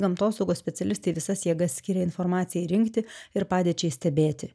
gamtosaugos specialistai visas jėgas skiria informacijai rinkti ir padėčiai stebėti